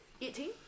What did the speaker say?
Eighteen